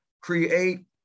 create